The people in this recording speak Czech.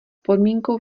podmínkou